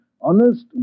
honest